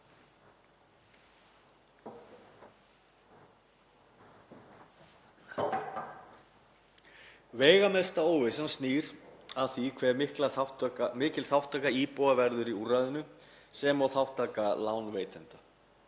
Veigamesta óvissan snýr að því hve mikil þátttaka íbúa verður í úrræðinu sem og þátttaka lánveitenda.